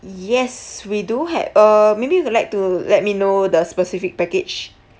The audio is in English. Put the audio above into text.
yes we do have uh maybe you would like to let me know the specific package